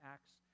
Acts